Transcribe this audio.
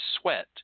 sweat